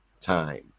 time